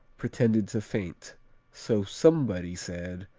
pretended to faint so somebody said,